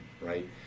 right